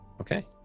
Okay